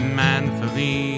manfully